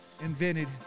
invented